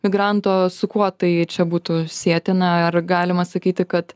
migranto su kuo tai čia būtų sietina ar galima sakyti kad